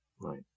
Right